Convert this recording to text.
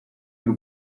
y’u